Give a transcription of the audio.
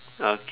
okay